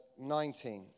19